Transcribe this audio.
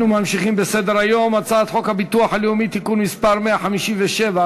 אנחנו ממשיכים בסדר-היום: הצעת חוק הביטוח הלאומי (תיקון מס' 157),